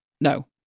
No